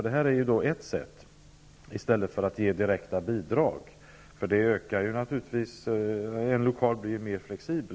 Detta är ett sätt att underlätta folkrörelsernas arbete, i stället för att ge direkta bidrag, och det medför att lokalens användning blir mer flexibel.